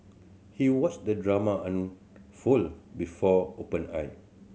he watched the drama unfold before open eye